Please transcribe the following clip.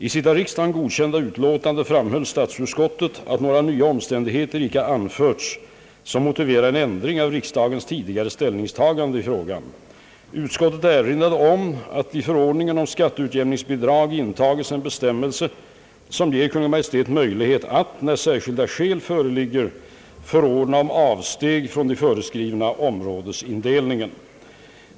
I sitt av riksdagen godkända utlåtande framhöll statsutskottet att några nya omständigheter inte anförts som motiverade en ändring av riksdagens tidigare ställningstagande i frågan. Utskottet erinrade om att i förordningen om skatteutjämningsbidrag intagits en bestämmelse som ger Kungl. Maj:t möjlighet att, när särskilda skäl föreligger, förordna om avsteg från den föreskrivna områdesindelningen.